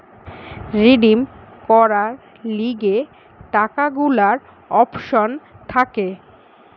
redeem করার লিগে টাকা গুলার অপশন থাকে